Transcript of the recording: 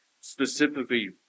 specifically